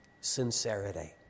sincerity